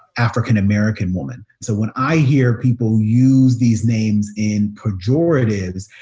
african-american woman. so when i hear people use these names in pejoratives,